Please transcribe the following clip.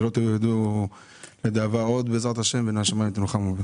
שלא תדעו לדאבה עוד בעזרת ה' ומן השמים תנוחמו.